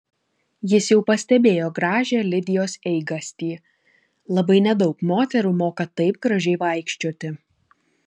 jis jau pastebėjo gražią lidijos eigastį labai nedaug moterų moka taip gražiai vaikščioti